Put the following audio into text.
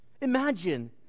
Imagine